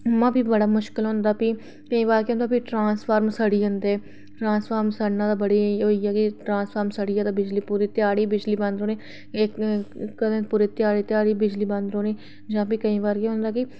कम्मां बी बड़ा मुश्कल होंदा ते केईं बार ट्रांसफार्मर सड़ी जंदे ट्रासफार्म सड़ी गेआ ते बिजली पूरी ध्याड़ी बंद रौह्नी जां भी केईं बारी एह् होंदा कीि